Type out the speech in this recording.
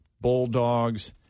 Bulldogs